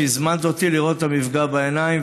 על שהזמנת אותי לראות את המפגע בעיניים.